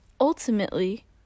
Ultimately